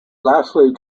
lastly